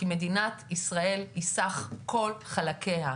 זאת מכיוון שמדינת ישראל היא סך כל חלקיה,